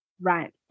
Right